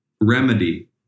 Remedy